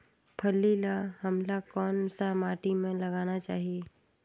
फल्ली ल हमला कौन सा माटी मे लगाना चाही?